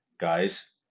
Guys